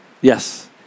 Yes